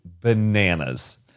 bananas